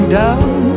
down